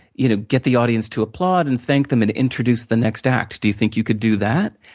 you know get the audience to applaud and thank them, and introduce the next act. do you think you could do that?